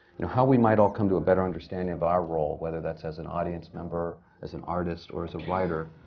how we might all come to a better understanding of our role, whether that's as an audience member, as an artist, or as a writer,